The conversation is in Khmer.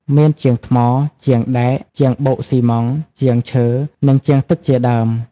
មានជាងថ្ម ជាងដែក ជាងបូកស៊ីម៉ង់ត៍ ជាងឈើ និងជាងទឹកជាដើម។